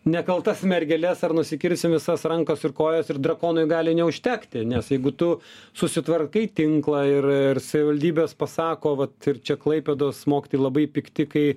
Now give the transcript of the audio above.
nekaltas mergeles ar nusikirsim visas rankas ir kojas ir drakonui gali neužtekti nes jeigu tu susitvarkai tinklą ir ir savivaldybės pasako vat ir čia klaipėdos mokytojai labai pikti kai